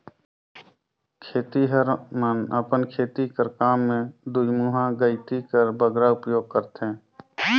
खेतिहर मन अपन खेती कर काम मे दुईमुहा गइती कर बगरा उपियोग करथे